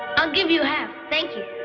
i'll give you half. thank you.